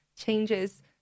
changes